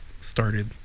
started